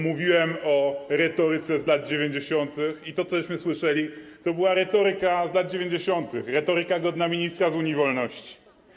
Mówiłem o retoryce z lat 90. i to, co słyszeliśmy, to była retoryka z lat 90., retoryka godna ministra z Unii Wolności.